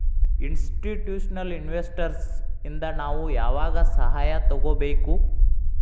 Institutional investors ಇಂದಾ ನಾವು ಯಾವಾಗ್ ಸಹಾಯಾ ತಗೊಬೇಕು?